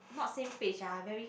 not same page ah very